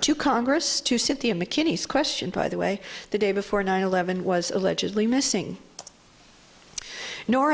to congress to cynthia mckinney's question by the way the day before nine eleven was allegedly missing nor